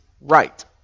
right